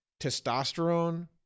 testosterone